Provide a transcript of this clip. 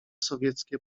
sowieckie